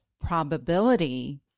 probability